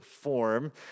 form